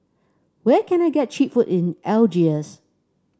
where can I get cheap food in Algiers